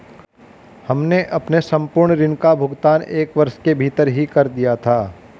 हमने अपने संपूर्ण ऋण का भुगतान एक वर्ष के भीतर ही कर दिया था